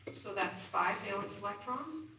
so that's five valence electrons.